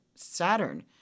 Saturn